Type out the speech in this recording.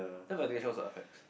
education also affects